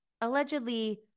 allegedly